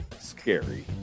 scary